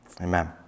Amen